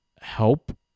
help